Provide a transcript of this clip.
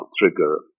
trigger